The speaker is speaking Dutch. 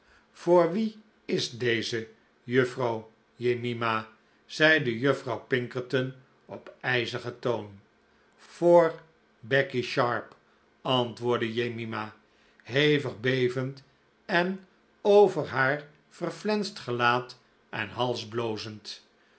voor wie is deze juffrouw jemima zeide juffrouw pinkerton op ijzigen toon voor becky sharp antwoordde jemima hevig bevend en over haar verflenst gelaat en hals blozend